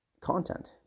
content